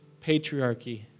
patriarchy